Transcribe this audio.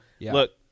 look